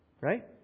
right